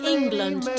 England